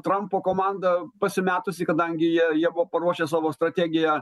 trampo komanda pasimetusi kadangi jie jie buvo paruošę savo strategiją